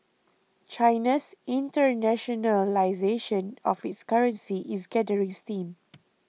China's internationalisation of its currency is gathering steam